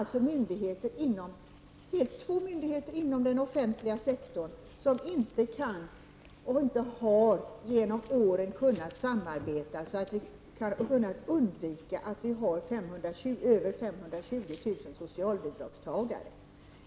Två myndigheter inom den offentliga sektorn kan alltså inte, och har inte heller under åren kunnat, samarbeta så att vi har kunnat undvika att få över 520 000 socialbidragstagare.